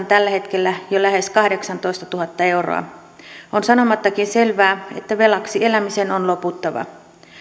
tällä hetkellä jo lähes kahdeksantoistatuhatta euroa on sanomattakin selvää että velaksi elämisen on loputtava